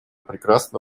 прекрасно